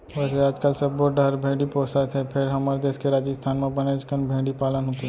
वैसे आजकाल सब्बो डहर भेड़ी पोसत हें फेर हमर देस के राजिस्थान म बनेच कन भेड़ी पालन होथे